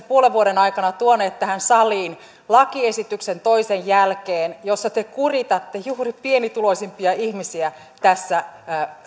puolen vuoden aikana tuoneet tähän saliin lakiesityksen toisensa jälkeen joissa te kuritatte juuri pienituloisimpia ihmisiä tässä